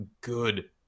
good